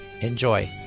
Enjoy